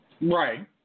Right